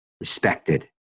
respected